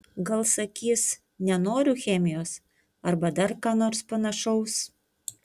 gal sakys nenoriu chemijos arba dar ką nors panašaus